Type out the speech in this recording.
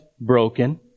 broken